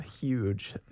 huge